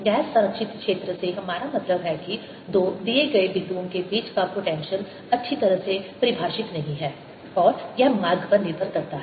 गैर संरक्षित क्षेत्र से हमारा मतलब है कि दो दिए गए बिंदुओं के बीच का पोटेंशियल अच्छी तरह से परिभाषित नहीं है और यह मार्ग पर निर्भर करता है